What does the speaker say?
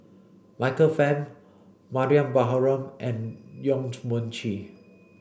Michael Fam Mariam Baharom and Yong Mun Chee